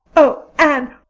oh, anne,